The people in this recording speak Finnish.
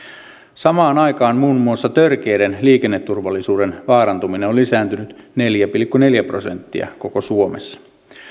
samaan aikaan muun muassa törkeät liikenneturvallisuuden vaarantamiset ovat lisääntyneet neljä pilkku neljä prosenttia koko suomessa